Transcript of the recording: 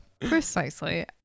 Precisely